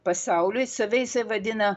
pasauliui save vadina